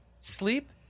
Sleep